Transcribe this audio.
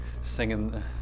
singing